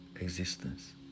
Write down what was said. existence